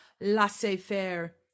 laissez-faire